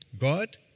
God